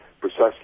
precisely